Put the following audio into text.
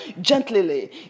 Gently